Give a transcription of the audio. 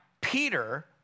Peter